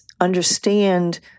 understand